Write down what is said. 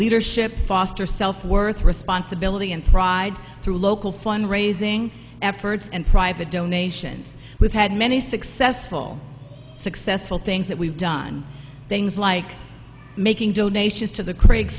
leadership foster self worth responsibility and pride through local fund raising efforts and private donations we've had many successful successful things that we've done things like making donations to the craig